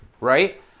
right